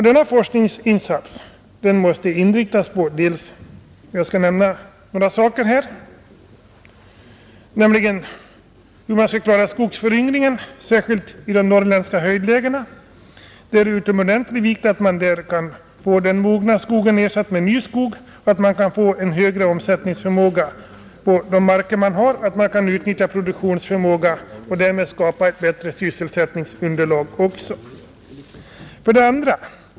Denna forskningsinsats måste inriktas på följande frågor: 1. Hur man skall klara skogsföryngringen, särskilt i de norrländska höjdlägena, Det är av utomordentlig vikt att man där kan få den mogna skogen ersatt med ny skog, att man kan få en högre omsättningsförmåga och därmed också skapa ett bättre sysselsättningsunderlag. 2.